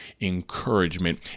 encouragement